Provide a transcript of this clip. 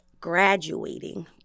Graduating